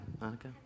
Monica